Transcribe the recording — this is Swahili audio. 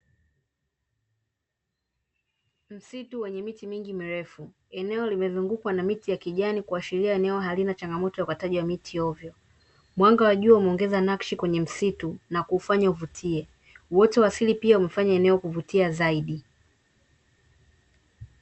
Msitu wenye miti mingi mirefu. Eneo limezungukwa na miti ya kijani kuashiria eneo halina changamoto ya ukataji miti hovyo. Mwanga wa jua umeongeza nakshi kwenye msitu, na kuufanya uvutie. Uoto wa asili pia umefanya eneo kuvutia zaidi.